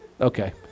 okay